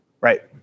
Right